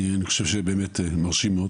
אני חושב שבאמת מרשים מאוד.